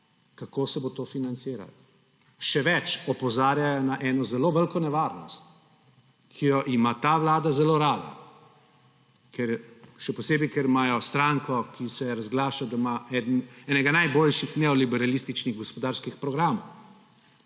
kako se bo to financiralo. Še več, opozarjajo na eno zelo veliko nevarnost, ki jo ima ta vlada zelo rada, še posebej ker imajo stranko, ki se razglaša, da ima enega najboljših neoliberalističnih gospodarskih programov,